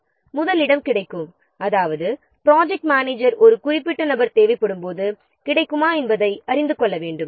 அதாவது முதலில் கிடைக்கக்கூடிய தன்மை ஆகும் அதாவது ப்ராஜெக்ட் மேனேஜர் ஒரு குறிப்பிட்ட நபர் தேவைப்படும்போது அவர் கிடைப்பாரா என்பதை அறிந்து கொள்ள வேண்டும்